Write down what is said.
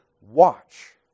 Watch